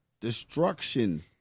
Destruction